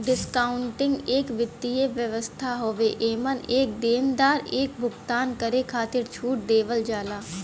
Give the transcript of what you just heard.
discounting एक वित्तीय व्यवस्था हउवे एमन एक देनदार एक भुगतान करे खातिर छूट देवल जाला